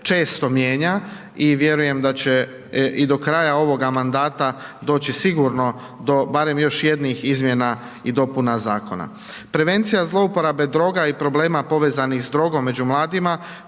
često mijenja i vjerujem da će i do kraja ovoga mandata doći sigurno do barem još jednih izmjena i dopuna zakona. Prevencija zlouporabe droga i problema povezanih s drogom među mladima